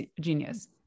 genius